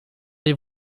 les